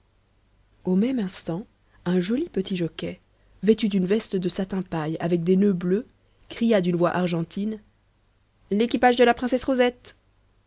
au même instant un joli petit jockey vêtu d'une veste de satin paille avec des noeuds bleus cria d'une voix argentine l'équipage de la princesse rosette